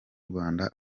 rwanda